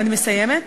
אני מסיימת.